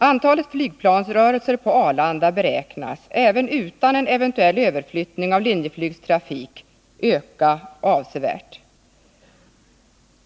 Antalet flygplansrörelser på Arlanda beräknas även utan en eventuell överflyttning av Linjeflygs trafik öka avsevärt.